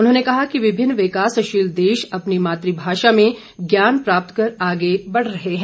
उन्होंने कहा कि विभिन्न विकासशील देश अपनी मातृभाषा में ज्ञान प्राप्त कर आगे बढ़ रहे हैं